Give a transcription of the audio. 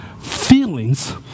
feelings